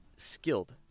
Skilled